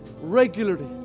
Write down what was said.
regularly